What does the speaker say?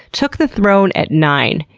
took the throne at nine,